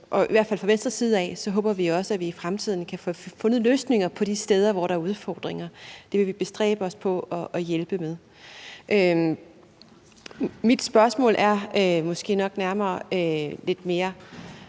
i hvert fald også fra Venstres side, at vi i fremtiden kan få fundet løsninger de steder, hvor der er udfordringer; det vil vi bestræbe os på at hjælpe med. Mit spørgsmål er lidt mere